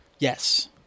Yes